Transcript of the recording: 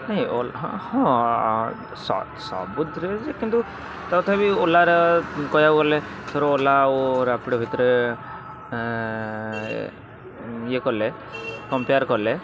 ନାଇଁ ହଁ ହଁ ସବୁଥିରେ ଯେ କିନ୍ତୁ ତଥାପି ଓଲାରେ କହିବାକୁ ଗଲେ ଧର ଓଲା ଆଉ ରାପିଡ଼ୋ ଭିତରେ ଇଏ କଲେ କମ୍ପେୟାର୍ କଲେ